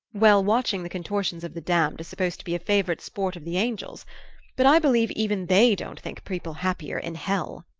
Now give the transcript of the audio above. well watching the contortions of the damned is supposed to be a favourite sport of the angels but i believe even they don't think people happier in hell.